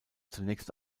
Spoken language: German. zunächst